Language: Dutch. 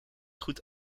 goed